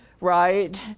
right